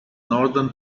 northern